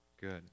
good